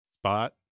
spot